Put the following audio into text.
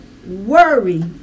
worry